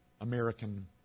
American